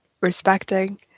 respecting